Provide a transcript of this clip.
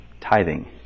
tithing